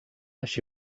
així